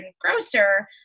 Grocer